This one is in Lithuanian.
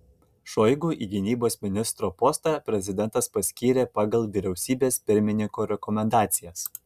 šoigu į gynybos ministro postą prezidentas paskyrė pagal vyriausybės pirmininko rekomendacijas